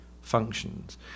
functions